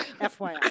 FYI